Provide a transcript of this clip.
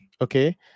Okay